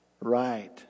right